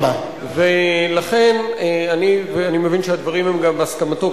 ולכן אני מבין שהדברים הם גם בהסכמתו,